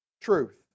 truth